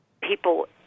people